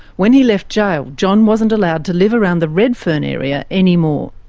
when he left jail, john wasn't allowed to live around the redfern area anymore.